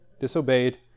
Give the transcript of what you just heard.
disobeyed